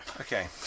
Okay